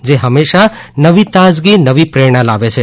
જે હંમેશા નવી તાજગી નવી પ્રેરણા લાવે છે